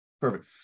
Perfect